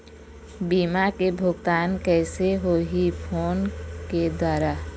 बीमा के भुगतान कइसे होही फ़ोन के द्वारा?